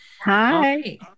Hi